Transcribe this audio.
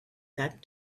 that